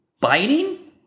biting